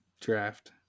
draft